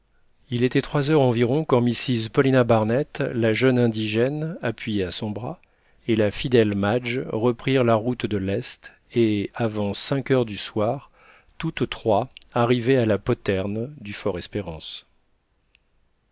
il était trois heures environ quand mrs paulina barnett la jeune indigène appuyée à son bras et la fidèle madge reprirent la route de l'est et avant cinq heures du soir toutes trois arrivaient à la poterne